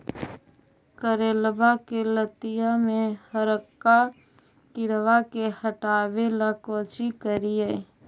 करेलबा के लतिया में हरका किड़बा के हटाबेला कोची करिए?